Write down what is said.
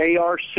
ARC